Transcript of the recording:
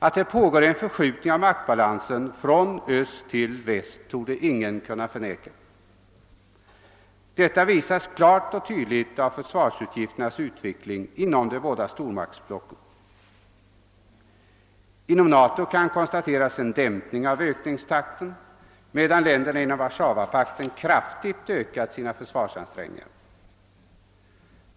Att det pågår en förskjutning i maktbalansen från Väst till Öst torde ingen kunna förneka. Detta visas klart och tydligt av försvarsutgifternas utveckling inom de båda stormaktsblocken. Inom NATO kan konstateras en dämpning av ökningstakten, medan länderna inom Warszawapakten kraftigt höjt sina försvarsansträngningar.